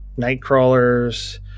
nightcrawlers